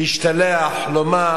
להשתלח, לומר,